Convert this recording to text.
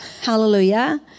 hallelujah